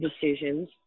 decisions